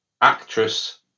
actress